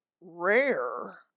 rare